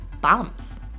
bombs